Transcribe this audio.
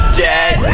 dead